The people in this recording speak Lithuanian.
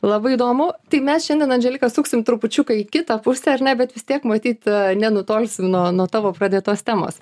labai įdomu tai mes šiandien andželika suksim trupučiuką į kitą pusę ar ne bet vis tiek matyt nenutolsim nuo nuo tavo pradėtos temos